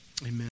amen